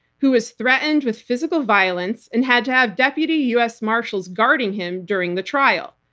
who was threatened with physical violence and had to have deputy us marshals guarding him during the trial.